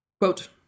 Quote